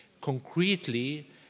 concretely